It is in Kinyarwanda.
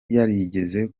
yarigeze